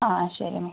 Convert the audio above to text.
ആ ശരി മാം